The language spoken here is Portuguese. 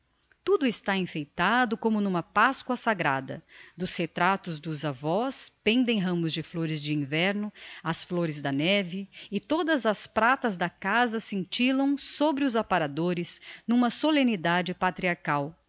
tudo está enfeitado como n'uma paschoa sagrada dos retratos dos avós pendem ramos de flôres de inverno as flôres da neve e todas as pratas da casa scintillam sobre os aparadores n'uma solemnidade patriarchal dos